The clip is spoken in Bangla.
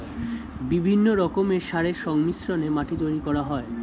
বিভিন্ন রকমের সারের সংমিশ্রণে মাটি তৈরি করা হয়